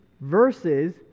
verses